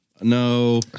No